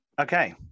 Okay